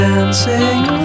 Dancing